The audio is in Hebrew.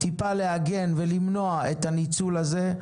טיפה להגן ולמנוע את הניצול הזה,